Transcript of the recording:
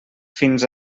fins